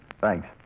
Thanks